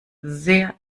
sehr